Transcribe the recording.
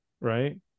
right